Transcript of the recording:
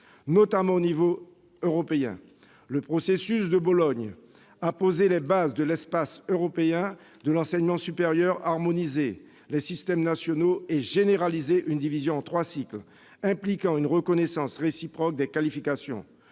notamment au niveau européen. Le processus de Bologne a posé les bases de l'espace européen de l'enseignement supérieur, a harmonisé les systèmes nationaux et généralisé une division en trois cycles impliquant une reconnaissance réciproque des qualifications.